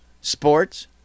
sports